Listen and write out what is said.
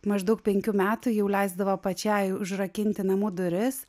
maždaug penkių metų jau leisdavo pačiai užrakinti namų duris